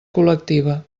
col·lectiva